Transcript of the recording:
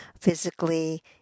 physically